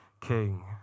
king